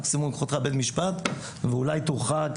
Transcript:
מקסימום יקחו אותך לבית משפט, ואולי תורחק.